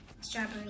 Strawberry